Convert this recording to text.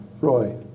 Roy